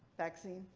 vaccine?